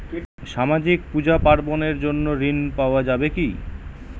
সামাজিক পূজা পার্বণ এর জন্য ঋণ পাওয়া যাবে কি?